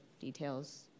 details